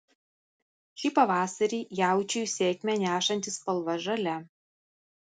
šį pavasarį jaučiui sėkmę nešantį spalva žalia